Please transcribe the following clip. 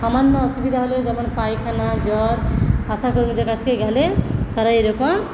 সামান্য অসুবিধা হলে যেমন পায়খানা জ্বর আশা কর্মীদের কাছে গেলে তারা এরকম